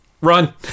Run